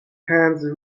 hands